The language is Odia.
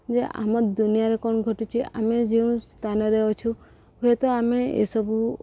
ଯେ ଆମ ଦୁନିଆରେ କ'ଣ ଘଟୁଛି ଆମେ ଯେଉଁ ସ୍ଥାନରେ ଅଛୁ ହୁଏତ ଆମେ ଏସବୁ